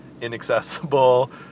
inaccessible